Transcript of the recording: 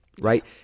right